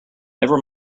never